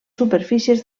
superfícies